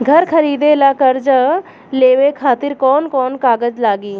घर खरीदे ला कर्जा लेवे खातिर कौन कौन कागज लागी?